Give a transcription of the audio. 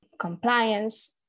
compliance